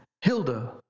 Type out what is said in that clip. Hilda